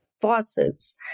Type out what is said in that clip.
faucets